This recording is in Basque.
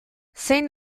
zein